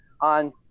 on